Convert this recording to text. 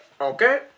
Okay